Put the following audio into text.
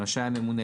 רשאי הממונה,